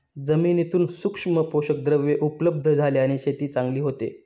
जमिनीत सूक्ष्म पोषकद्रव्ये उपलब्ध झाल्याने शेती चांगली होते